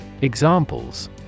Examples